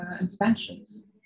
interventions